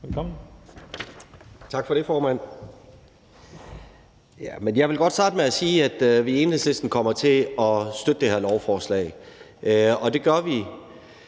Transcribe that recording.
(EL): Tak for det, formand. Jeg vil godt starte med at sige, at vi i Enhedslisten kommer til at støtte det her lovforslag. Det gør vi